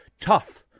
Tough